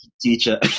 teacher